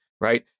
Right